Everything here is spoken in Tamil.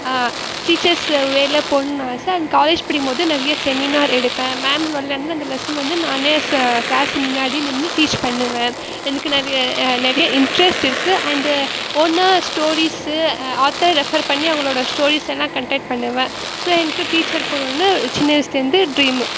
டீச்சர்ஸு வேவில் போகணுன்னு ஆசை அண்ட் காலேஜ் படிக்கும் போது நிறைய செமினார் எடுப்பேன் மேம்ஸ் வரலன்னா அந்த லெசன் வந்து நானே ச கிளாஸ் முன்னாடி நின்று டீச் பண்ணுவேன் எனக்கு நெ நிறைய இன்ட்ரெஸ்ட் இருக்குது அண்டு ஓனாக ஸ்டோரீஸு ஆத்தர் ரெஃபர் பண்ணி அவங்களோடய ஸ்டோரீஸ் எல்லாம் கன்டெக்ட் பண்ணுவேன் ஸோ எனக்கு டீச்சர் போகணுன்னு சின்ன வயசுலேந்து ட்ரீம்மு